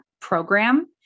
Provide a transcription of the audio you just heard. program